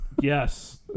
Yes